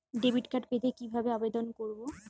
Debit card পেতে কি ভাবে আবেদন করব?